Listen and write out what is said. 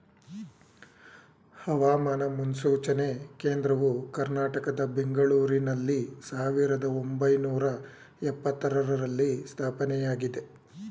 ಹವಾಮಾನ ಮುನ್ಸೂಚನೆ ಕೇಂದ್ರವು ಕರ್ನಾಟಕದ ಬೆಂಗಳೂರಿನಲ್ಲಿ ಸಾವಿರದ ಒಂಬೈನೂರ ಎಪತ್ತರರಲ್ಲಿ ಸ್ಥಾಪನೆಯಾಗಿದೆ